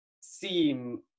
seem